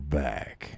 back